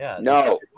No